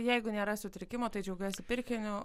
jeigu nėra sutrikimo tai džiaugiuosi pirkiniu